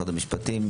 המשפטים,